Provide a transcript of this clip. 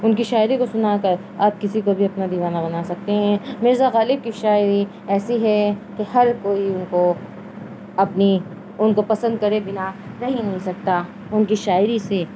ان کی شاعری کو سنا کر آپ کسی کو بھی اپنا دیوانہ بنا سکتے ہیں مرزا غالب کی شاعری ایسی ہے کہ ہر کوئی ان کو اپنی ان کو پسند کرے بنا رہ ہی نہیں سکتا ان کی شاعری سے